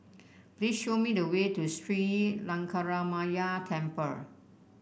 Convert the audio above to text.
please show me the way to Sri Lankaramaya Temple